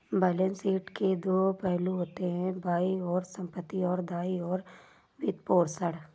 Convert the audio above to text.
balance sheet के दो पहलू होते हैं, बाईं ओर संपत्ति, और दाईं ओर वित्तपोषण